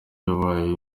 yabaye